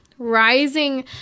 rising